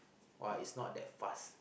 uh it's not that fast